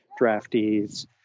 draftees